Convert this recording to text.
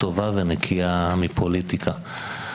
טובה ונקייה מפוליטיקה.